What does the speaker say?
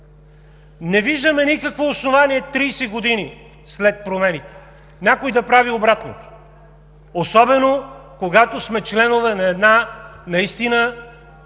Не виждаме никакво основание 30 години след промените някой да прави обратното, особено когато сме членове на една наистина